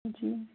जी